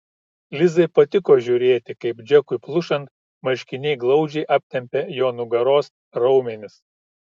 lizai patiko žiūrėti kaip džekui plušant marškiniai glaudžiai aptempia jo nugaros raumenis